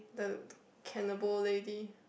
the cannibal lady